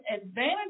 advantage